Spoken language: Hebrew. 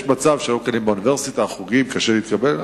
יש מצב שיש חוגים באוניברסיטה שקשה להתקבל אליהם,